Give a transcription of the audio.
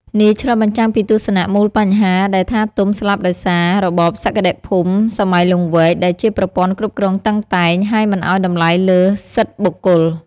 នេះឆ្លុះបញ្ចាំងពីទស្សនៈមូលបញ្ហាដែលថាទុំស្លាប់ដោយសារ "របបសក្តិភូមិសម័យលង្វែក" ដែលជាប្រព័ន្ធគ្រប់គ្រងតឹងតែង ហើយមិនឲ្យតម្លៃលើសិទ្ធិបុគ្គល។